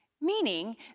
meaning